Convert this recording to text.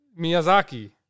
Miyazaki